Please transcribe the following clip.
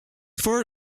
for